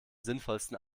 sinnvollsten